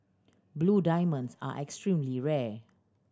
blue diamonds are extremely rare